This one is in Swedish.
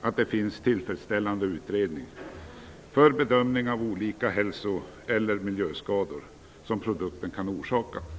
att det finns tillfredsställande utredning för bedömning av olika hälso eller miljöskador som produkten kan förorsaka.